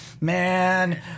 man